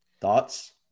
thoughts